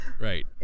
right